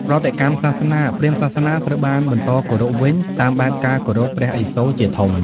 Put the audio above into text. ប្រតិកម្មសាសនា ព្រាហ្មណ៍សាសនាត្រូវបានបន្តគោរពវិញ តាមបែបការគោរពព្រះឥសូរជាធំ។